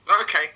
Okay